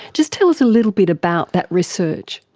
just tell us a little bit about that research.